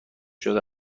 شده